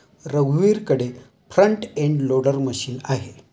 रघुवीरकडे front end loader machine आहे